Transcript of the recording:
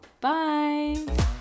Bye